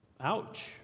Ouch